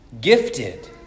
Gifted